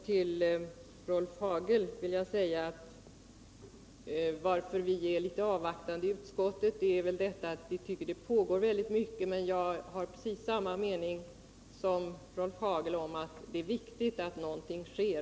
Till Rolf Hagel vill jag säga att anledningen till att vi i utskottet är litet avvaktande är att vi anser att det pågår mycket på detta område. Men jag delar helt Rolf Hagels uppfattning att det är viktigt att någonting sker.